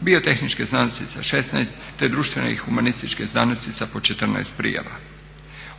biotehničke znanosti sa 16 te društvene i humanističke znanosti sa po 14 prijava.